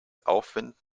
aufwind